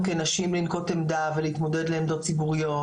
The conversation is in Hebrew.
כנשים לנקוט עמדה ולהתמודד לעמדות ציבוריות,